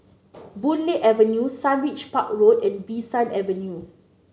Boon Lay Avenue Sundridge Park Road and Bee San Avenue